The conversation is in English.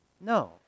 No